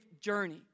journey